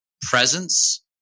presence